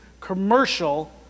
commercial